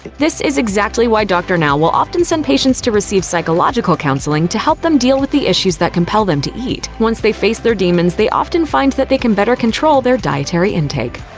this is exactly why dr. now will often send patients to receive psychological counseling to help them deal with the issues that compel them to eat. once they face their demons, they often find that they can better control their dietary intake.